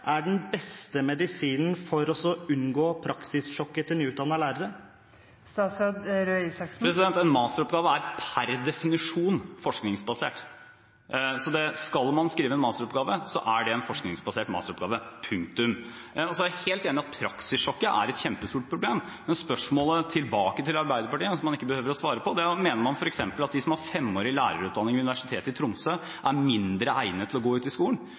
er den beste medisinen for å unngå praksissjokket til nyutdannede lærere? En masteroppgave er per definisjon forskningsbasert. Så skal man skrive en masteroppgave, er det en forskningsbasert masteroppgave – punktum. Jeg er helt enig i at praksissjokket er et kjempestort problem, men spørsmålet tilbake til Arbeiderpartiet – som han ikke behøver å svare på – er: Mener man f.eks. at de som har femårig lærerutdanning ved Universitetet i Tromsø, er mindre egnet til å gå inn i skolen?